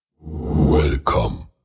Welcome